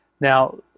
Now